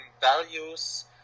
values